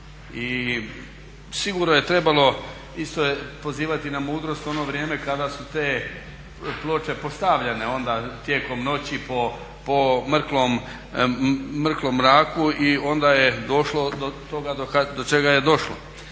i sigurno je trebalo, isto pozivati na mudrost u ono vrijeme kada su te ploče postavljenje, onda tijekom noći po mrklom mraku i onda je došlo do toga do čega je došlo.